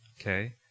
okay